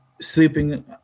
sleeping